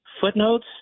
footnotes